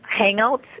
Hangouts